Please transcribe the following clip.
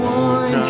one